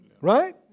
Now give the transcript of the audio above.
Right